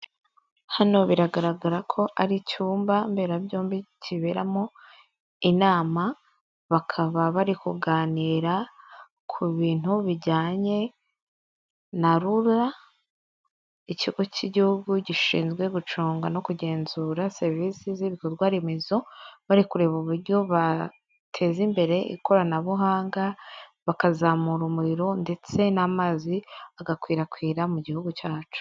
Hano biragaragara ko ari icyumba mberabyombi kiberamo inama bakaba bari kuganira ku bintu bijyanye na rura, ikigo cy'igihugu gishinzwe gucunga no kugenzura serivisi z'ibikorwa remezo bari kureba uburyo bateza imbere ikoranabuhanga bakazamura umuriro ndetse n'amazi agakwirakwira mu gihugu cyacu.